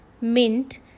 mint